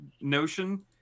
Notion